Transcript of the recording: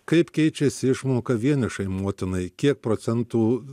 kaip keičiasi išmoka vienišai motinai kiek procentų